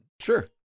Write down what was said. Sure